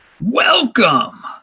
Welcome